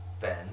Ben